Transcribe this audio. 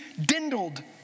dindled